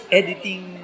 editing